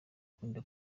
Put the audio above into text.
akunda